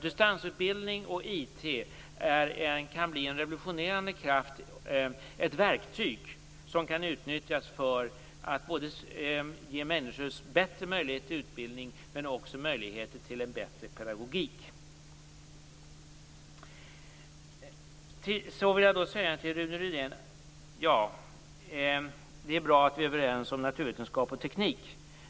Distansutbildning och IT kan alltså bli en revolutionerande kraft, ett verktyg som kan utnyttjas för att ge människor både bättre möjlighet till utbildning och också möjlighet till en bättre pedagogik. Till Rune Rydén vill jag säga att det är bra att vi är överens om naturvetenskap och teknik.